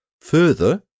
Further